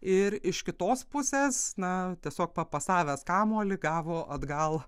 ir iš kitos pusės na tiesiog papasavęs kamuolį gavo atgal